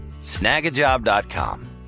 snagajob.com